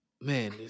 Man